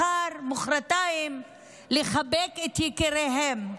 מחר, מוחרתיים לחבק את יקיריהם.